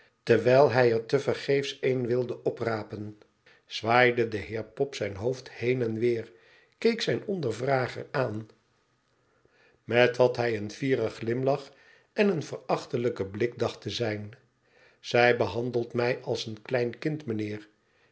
terwijl hij er tevergeefs één wilde oprapen zwaaide de heer pop zijn hoofd heen en weer keek zijn ondervrager aan met wat hij een fieren glimlach en een verachtelijken blik dacht te zijn zij behandelt mij als een klein kind meheer